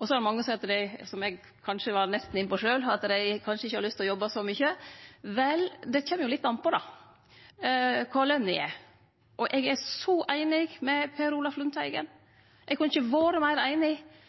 Så er det mange som seier, som eg nesten var inne på sjølv, at dei kanskje ikkje har lyst til å jobbe så mykje. Vel, det kjem jo litt an på kva løna er. Eg er så einig med Per Olaf Lundteigen – eg kunne ikkje ha vore meir einig.